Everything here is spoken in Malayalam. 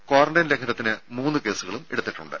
ക്വാറന്റൈൻ ലംഘനത്തിന് മൂന്ന് കേസുകളും എടുത്തിട്ടുണ്ട്